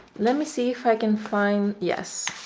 let me see if i can find, yes